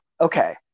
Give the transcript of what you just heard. Okay